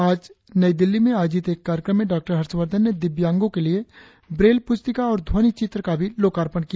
आज नई दिल्ली में आयोजित एक कार्यक्रम में डाक्टर हर्षवर्धन ने दिव्यांगो के लिए ब्रेल पुस्तिका और ध्वनि चित्र का भी लोकार्पण किया